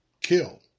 kill